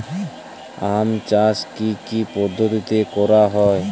আম চাষ কি কি পদ্ধতিতে করা হয়?